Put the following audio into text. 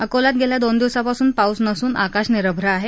अकोल्यात गेल्या दोन दिवसापासून पाऊस नसून आकाश निरभ्र आहे